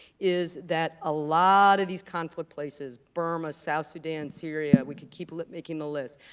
is that a lot of these conflict places, burma, south sudan, syria. we could keep like making the list,